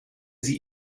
sie